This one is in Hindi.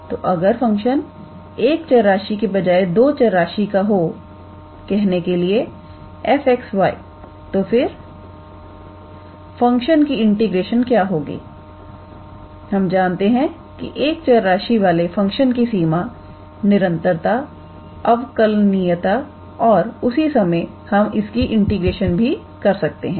तो अगर फंक्शनएक चर राशि की बजाय दो चर राशि का हो कहने के लिए fxy तो फिर फंक्शन की इंटीग्रेशन क्या होगी हम जानते हैं कि एक चर राशि वाले फंक्शन की सीमानिरंतरता अवकलनीयता और उसी समय हम उसकी इंटीग्रेशन भी कर सकते हैं